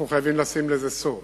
אנחנו חייבים לשים לזה סוף.